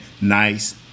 nice